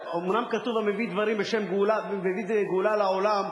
אומנם כתוב: המביא דברים בשם אומרם מביא גאולה לעולם,